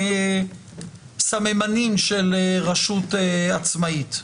מסממנים של רשות עצמאית.